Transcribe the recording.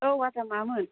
औ आदा मामोन